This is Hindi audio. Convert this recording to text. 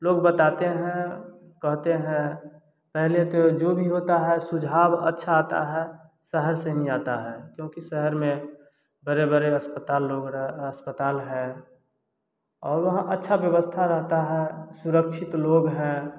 लोग बताते हैं कहते हैं पहले तो जो भी होता है सुझाव अच्छा आता है शहर से ही आता है क्योंकि शहर में बड़े बड़े अस्पताल लोगरा आ अस्पताल है और वहाँ अच्छा व्यवस्था रहता है सुरक्षित लोग हैं